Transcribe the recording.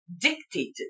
dictated